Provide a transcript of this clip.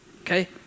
Okay